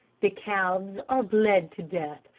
the calves are bled to death.